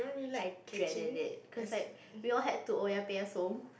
I dreaded it cause like we all had to orh-ya-pek-ya-som